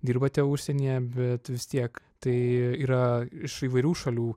dirbate užsienyje bet vis tiek tai yra iš įvairių šalių